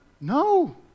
No